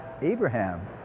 Abraham